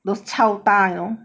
those chao ta you know